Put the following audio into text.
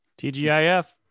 TGIF